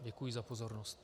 Děkuji za pozornost.